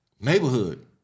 neighborhood